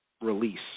release